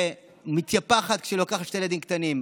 והיא מתייפחת כשהיא לוקחת שני ילדים קטנים.